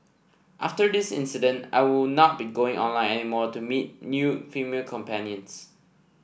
after this incident I will not be going online any more to meet new female companions